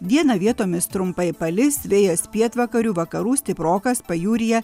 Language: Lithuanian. dieną vietomis trumpai palis vėjas pietvakarių vakarų stiprokas pajūryje